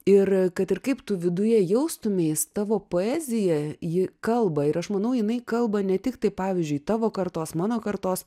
ir kad ir kaip tu viduje jaustumeis tavo poezija ji kalba ir aš manau jinai kalba ne tik tai pavyzdžiui tavo kartos mano kartos